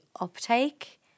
uptake